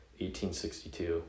1862